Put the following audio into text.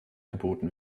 geboten